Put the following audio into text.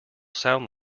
sound